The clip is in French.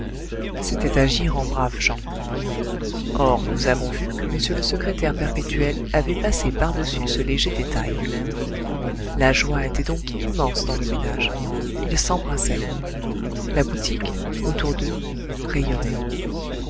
c'était agir en braves gens or nous avons vu que m le secrétaire perpétuel avait passé par-dessus ce léger détail la joie était donc immense dans le ménage ils s'embrassaient la boutique autour d'eux rayonnait